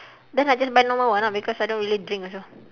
then I just buy normal one ah because I don't really drink also